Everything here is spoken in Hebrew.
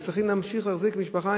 הם צריכים להמשיך להחזיק משפחה.